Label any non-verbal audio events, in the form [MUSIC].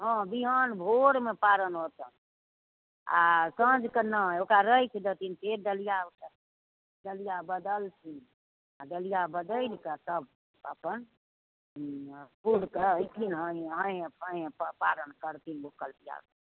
हाँ बिहान भोरमे पारण होयतनि आ साँझ कऽ नहि ओकरा राखि दथिन फेर डलिआ [UNINTELLIGIBLE] डलिआ बदलथिन आ डलिआ बदलि कऽ तब अपन [UNINTELLIGIBLE] हाँय हाँय अपन [UNINTELLIGIBLE] पारण करथिन भुखल पिआसल